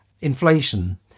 inflation